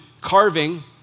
carving